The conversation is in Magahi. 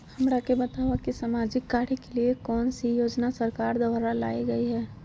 हमरा के बताओ कि सामाजिक कार्य के लिए कौन कौन सी योजना सरकार द्वारा लाई गई है?